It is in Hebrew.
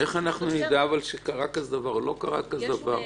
איך נדע שקרה דבר כזה או לא קרה כזה דבר?